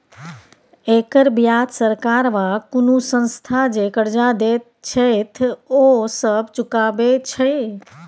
एकर बियाज सरकार वा कुनु संस्था जे कर्जा देत छैथ ओ सब चुकाबे छै